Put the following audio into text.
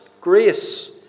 Grace